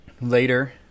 later